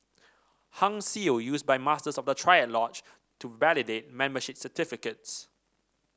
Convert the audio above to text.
Hung Seal used by Masters of the triad lodge to validate membership certificates